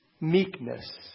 meekness